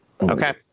Okay